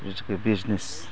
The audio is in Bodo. बिसेसकै बिजनेस